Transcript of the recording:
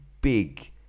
big